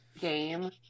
game